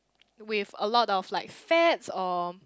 with a lot of like fats or